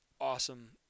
awesome